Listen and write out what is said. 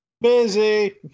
Busy